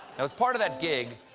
as part of that gig,